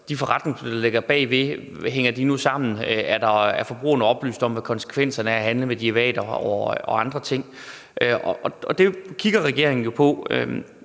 de forretningsmodeller, der ligger bagved, sammen? Er forbrugerne oplyst om, hvad konsekvenserne er af at handle med derivater og andre ting? Og det kigger regeringen jo på.